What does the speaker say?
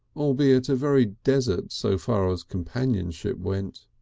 albeit a very desert so far as companionship went.